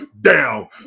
down